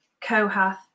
Kohath